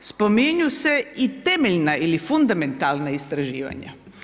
Spominju se i temeljna ili fundamentalna istraživanja.